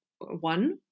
one